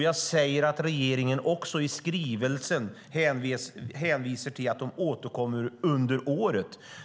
Jag säger att regeringen i skrivelsen hänvisar till att den återkommer under året.